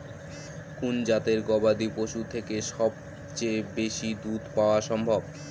কোন জাতের গবাদী পশু থেকে সবচেয়ে বেশি দুধ পাওয়া সম্ভব?